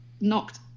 knocked